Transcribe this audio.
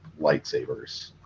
lightsabers